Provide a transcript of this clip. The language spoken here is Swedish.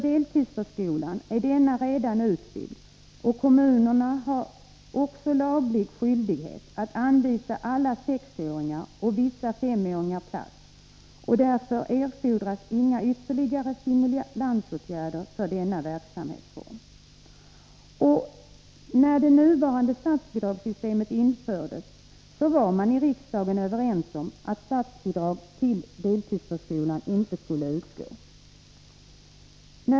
Deltidsförskolan är redan utbyggd, och kommunerna har laglig skyldighet att anvisa alla sexåringar och vissa femåringar plats, och därför erfordras inga ytterligare stimulansåtgärder för denna verksamhetsform. När det nuvarande statsbidragssystemet infördes var man i riksdagen överens om att statsbidrag till deltidsförskolan inte skulle utgå.